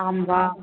आं वा